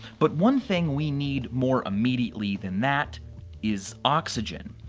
but one thing we need more immediately than that is oxygen.